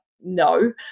no